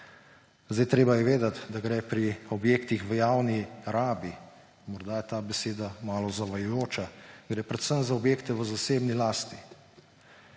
Treba je vedeti, da pri objektih v javni rabi, morda je ta beseda malo zavajajoča, gre predvsem za objekte v zasebni lasti.